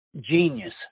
genius